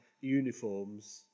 uniforms